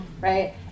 Right